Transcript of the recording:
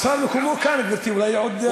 השר מקומו כאן, גברתי, אולי עוד מעט יעוף.